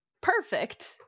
Perfect